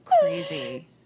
crazy